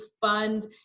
fund